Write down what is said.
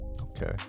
okay